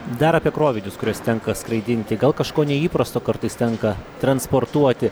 dar apie krovinius kuriuos tenka skraidinti gal kažko neįprasto kartais tenka transportuoti